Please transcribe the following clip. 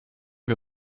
wir